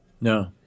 No